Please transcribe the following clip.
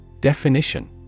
Definition